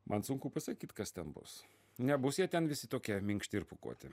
man sunku pasakyt kas ten bus nebus jie ten visi tokie minkšti ir pūkuoti